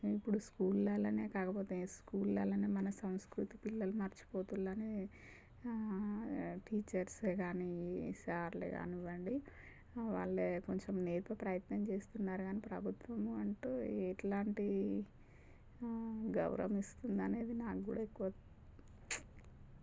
ఇప్పుడు స్కూళ్ళల్లనే కాకపోతే స్కూళ్ళలనే మన సంస్కృతి పిల్లలు మర్చిపోతున్నరనే టీచర్స్ ఏ కానీ సార్ లే కానివ్వండి వాళ్ళే కొంచెం నేర్పే ప్రయత్నం చేస్తున్నారు కానీ ప్రభుత్వము అంటూ ఎలాంటి గౌరవం ఇస్తుందనేది నాకు కూడా ఎక్కువ